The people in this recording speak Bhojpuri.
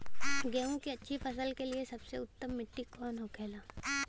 गेहूँ की अच्छी फसल के लिए सबसे उत्तम मिट्टी कौन होखे ला?